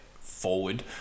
forward